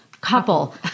couple